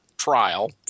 Trial